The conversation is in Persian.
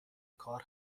کار